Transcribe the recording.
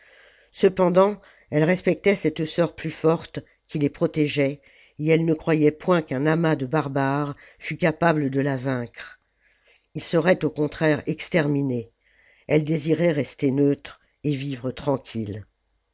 cependant elles respectaient cette sœur plus forte qui les protégeait et elles ne croyaient point qu'un amas de barbares fût capable de la vaincre ils seraient au contraire exterminés elles désiraient rester neutres et vivre tranquilles